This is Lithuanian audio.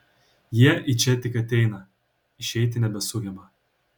jie į čia tik ateina išeiti nebesugeba